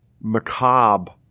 macabre